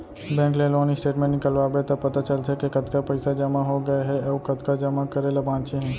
bank ले loan statement निकलवाबे त पता चलथे के कतका पइसा जमा हो गए हे अउ कतका जमा करे ल बांचे हे